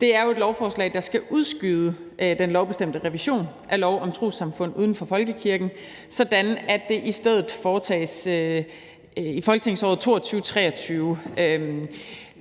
Det er jo et lovforslag, der skal udskyde den lovbestemte revision af lov om trossamfund uden for folkekirken, så den i stedet foretages i folketingsåret 2022-23.